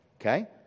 okay